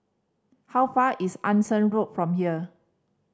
how far is Anson Road from here